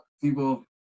people